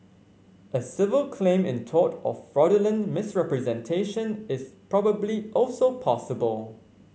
a civil claim in tort of fraudulent misrepresentation is probably also possible